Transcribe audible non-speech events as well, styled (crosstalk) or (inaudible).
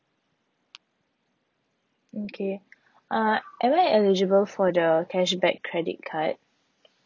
okay (breath) uh am I eligible for the cashback credit card